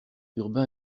urbain